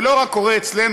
זה לא קורה רק אצלנו,